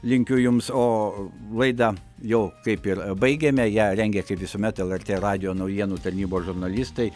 linkiu jums o laidą jau kaip ir baigiame ją rengia kaip visuomet lrt radijo naujienų tarnybos žurnalistai